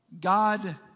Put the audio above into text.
God